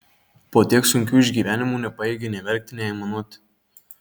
po tiek sunkių išgyvenimų nepajėgė nei verkti nei aimanuoti